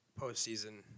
postseason